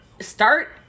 start